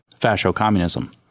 Fascio-communism